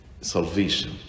salvation